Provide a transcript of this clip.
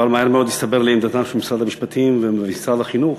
אבל מהר מאוד הסתברה לי עמדת משרד המשפטים ומשרד החינוך,